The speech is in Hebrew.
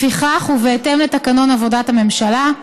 לפיכך, ובהתאם לתקנון עבודת הממשלה,